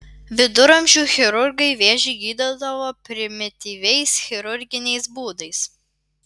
viduramžių chirurgai vėžį gydydavo primityviais chirurginiais būdais